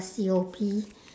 C_O_P